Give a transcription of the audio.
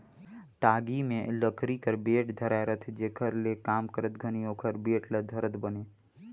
टागी मे लकरी कर बेठ धराए रहथे जेकर ले काम करत घनी ओकर बेठ ल धरत बने